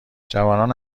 جوانان